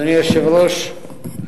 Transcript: אדוני היושב-ראש,